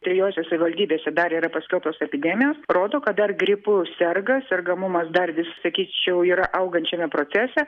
trijose savivaldybėse dar yra paskelbtos epidemijos rodo kad dar gripu serga sergamumas dar vis sakyčiau yra augančiame procese